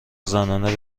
زنانه